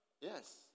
Yes